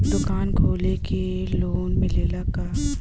दुकान खोले के लोन मिलेला का?